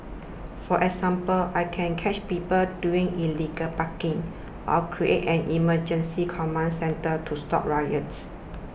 for example I can catch people doing illegal parking or create an emergency command centre to stop riots